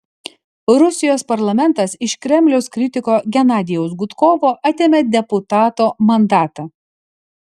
rusijos parlamentas iš kremliaus kritiko genadijaus gudkovo atėmė deputato mandatą